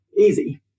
easy